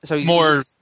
More